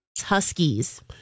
Huskies